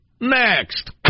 next